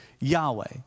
Yahweh